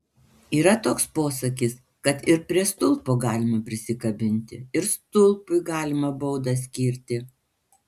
yra toks posakis kad ir prie stulpo galima prisikabinti ir stulpui galima baudą skirti